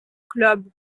club